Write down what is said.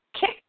kick